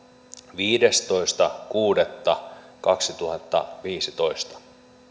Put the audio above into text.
viidestoista kuudetta kaksituhattaviisitoista